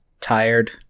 Tired